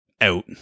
out